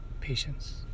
Patience